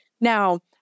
Now